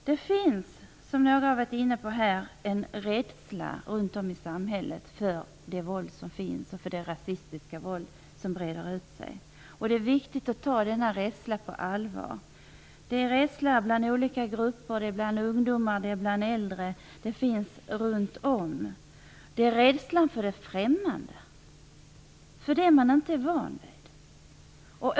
Det finns, som några talare här varit inne på, en rädsla runt om i samhället för det våld som finns och för det rasistiska våld som breder ut sig. Det är viktigt att ta denna rädsla på allvar. Det är rädsla hos olika grupper, bland ungdomar och bland äldre. Den finns runt omkring oss. Det är rädslan för det främmande, för det man inte är van vid.